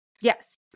Yes